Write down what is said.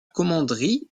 commanderie